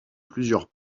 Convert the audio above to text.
plusieurs